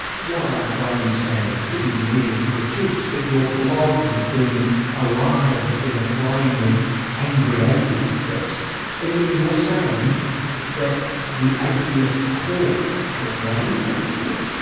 what are by any standards, pretty measured critiques, but your blog has been alive, it's been aflame, with angry atheists, um so and yet you're saying that the atheist cause has waned, are you?